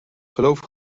geloof